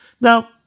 Now